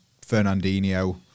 Fernandinho